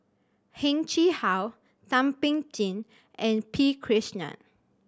Heng Chee How Thum Ping Tjin and P Krishnan